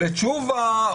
או לתשובה,